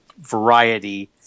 variety